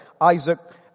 Isaac